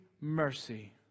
mercy